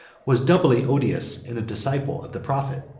was doubly odious in a disciple of the prophet.